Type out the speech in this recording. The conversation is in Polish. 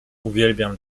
uwielbiam